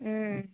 ம்